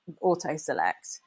auto-select